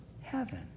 heaven